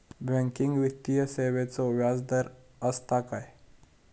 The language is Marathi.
बँकिंग वित्तीय सेवाचो व्याजदर असता काय?